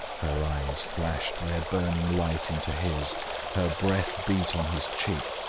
her eyes flashed their burning light into his her breath beat on his cheek.